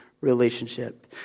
relationship